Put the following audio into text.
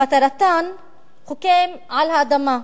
על האדמה,